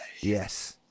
Yes